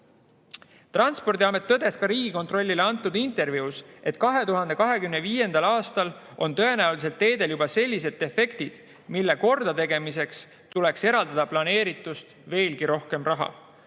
veelgi. Transpordiamet tõdes ka Riigikontrollile antud intervjuus, et 2025. aastal on teedel tõenäoliselt juba sellised defektid, mille kordategemiseks tuleks eraldada planeeritust veelgi rohkem raha.